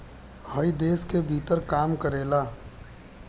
हइ देश के भीतरे काम करेला